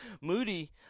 Moody